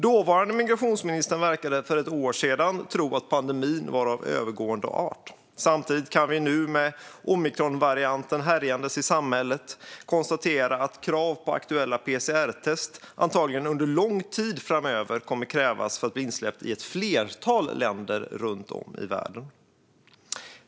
Dåvarande migrationsministern verkade för ett år sedan tro att pandemin var av övergående art. Nu, med omikronvarianten härjande i samhället, kan vi konstatera att krav på aktuella PCR-test antagligen kommer att krävas under lång tid framöver för att bli insläppt i ett flertal länder runt om i världen.